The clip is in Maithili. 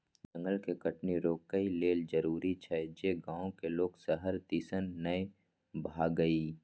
जंगल के कटनी रोकइ लेल जरूरी छै जे गांव के लोक शहर दिसन नइ भागइ